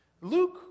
Luke